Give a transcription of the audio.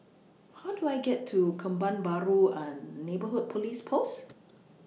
How Do I get to Kebun Baru and Neighbourhood Police Post